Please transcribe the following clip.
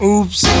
Oops